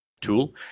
tool